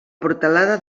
portalada